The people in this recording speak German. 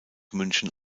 münchen